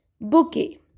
Bouquet